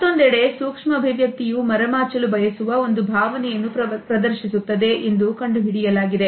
ಮತ್ತೊಂದೆಡೆ ಸೂಕ್ಷ್ಮ ಅಭಿವ್ಯಕ್ತಿಯೂ ಮರೆಮಾಚಲು ಬಯಸುವ ಒಂದು ಭಾವನೆಯನ್ನು ಪ್ರದರ್ಶಿಸುತ್ತದೆ ಎಂದು ಕಂಡುಹಿಡಿಯಲಾಗಿದೆ